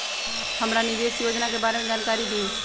हमरा निवेस योजना के बारे में जानकारी दीउ?